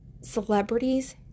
celebrities